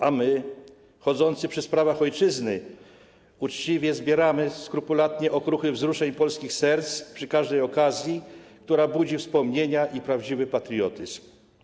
A my, chodzący przy sprawach ojczyzny, zbieramy uczciwie, skrupulatnie okruchy wzruszeń polskich serc przy każdej okazji, która budzi wspomnienia i prawdziwy patriotyzm.